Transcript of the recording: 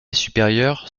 supérieure